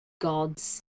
god's